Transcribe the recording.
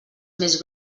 més